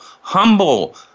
humble